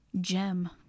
gem